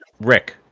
Rick